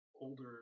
older